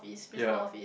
ya